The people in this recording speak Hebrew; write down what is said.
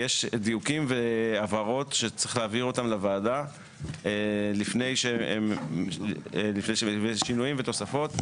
יש דיוקים והבהרות שצריך להבהיר אותם לוועדה לפני שינויים ותוספות,